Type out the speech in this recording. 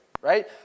right